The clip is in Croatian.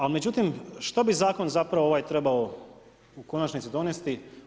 Ali međutim, što bi Zakon zapravo trebao u konačnici donijeti?